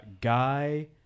Guy